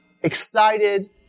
excited